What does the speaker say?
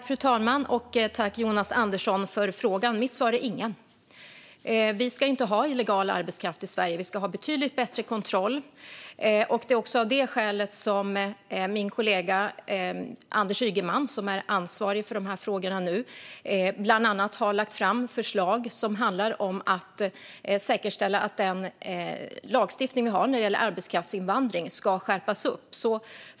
Fru talman! Tack, Jonas Andersson, för frågan! Mitt svar är: Inga. Vi ska inte ha illegal arbetskraft i Sverige. Vi ska ha betydligt bättre kontroll. Det är också av det skälet som min kollega Anders Ygeman, som nu är ansvarig för dessa frågor, bland annat har lagt fram förslag som handlar om att säkerställa att den lagstiftning vi har när det gäller arbetskraftsinvandring skärps.